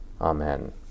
Amen